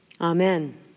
Amen